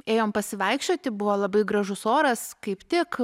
ėjom pasivaikščioti buvo labai gražus oras kaip tik